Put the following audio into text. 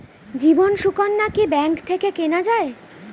জীবন সুকন্যা কি ব্যাংক থেকে কেনা যায়?